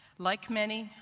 like many,